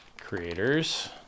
creators